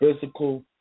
physical